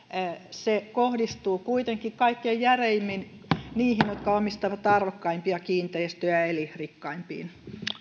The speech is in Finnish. se kohdistuu kuitenkin kaikkein järeimmin niihin jotka omistavat arvokkaimpia kiinteistöjä eli rikkaimpiin